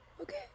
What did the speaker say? Okay